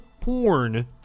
porn